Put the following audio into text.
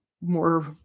more